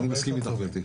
אני מסכים איתך, גברתי.